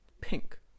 pink